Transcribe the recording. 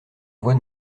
voix